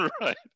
Right